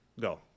Go